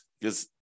because-